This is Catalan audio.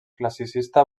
classicista